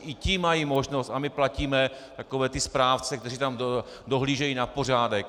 I ti mají možnost a my platíme správce, kteří tam dohlížejí na pořádek.